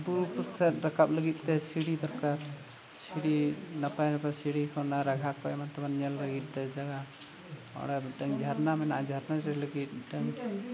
ᱵᱩᱨᱩ ᱠᱚᱥᱮᱫ ᱨᱟᱠᱟᱵ ᱞᱟᱹᱜᱤᱫᱼᱛᱮ ᱥᱤᱲᱤ ᱫᱚᱨᱠᱟᱨ ᱥᱤᱲᱤ ᱱᱟᱯᱟᱭ ᱱᱟᱯᱟᱭ ᱥᱤᱲᱤ ᱠᱷᱚᱱᱟᱜ ᱨᱟᱜᱟ ᱠᱚ ᱮᱢᱟᱱ ᱛᱮᱢᱟᱱ ᱧᱮᱞ ᱞᱟᱹᱜᱤᱫᱼᱛᱮ ᱡᱟᱭᱜᱟ ᱚᱲᱟᱜ ᱨᱮ ᱢᱤᱫᱴᱮᱱ ᱡᱷᱟᱨᱱᱟ ᱢᱮᱱᱟᱜᱼᱟ ᱡᱷᱟᱨᱱᱟ ᱨᱮ ᱞᱟᱹᱜᱤᱫ ᱢᱤᱫᱴᱮᱱ